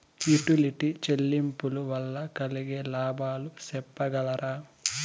Utility చెల్లింపులు వల్ల కలిగే లాభాలు సెప్పగలరా?